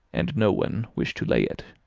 and no one wish to lay it.